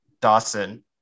dawson